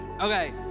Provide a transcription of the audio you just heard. Okay